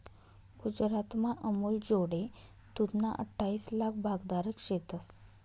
गुजरातमा अमूलजोडे दूधना अठ्ठाईस लाक भागधारक शेतंस